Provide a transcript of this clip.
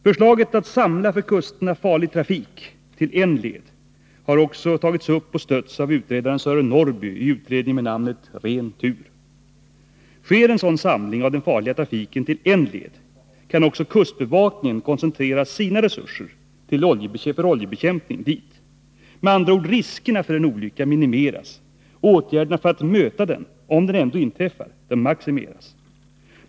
Förslaget att samla för kusten farlig trafik till en led har också tagits upp och stötts av utredaren Sören Norrby i en utredning med namnet Ren tur. Sker en sådan samling av den farliga trafiken till en led, kan också kustbevakningen koncentrera sina resurser för oljebekämpning dit. Med andra ord, riskerna för en olycka minimeras, åtgärderna för att möta den, om den ändå inträffar, maximeras.